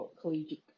collegiate